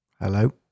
hello